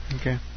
Okay